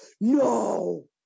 No